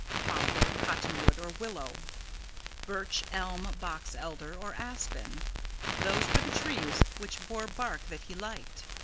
poplar, cottonwood, or willow birch, elm, box elder or aspen those were the trees which bore bark that he liked.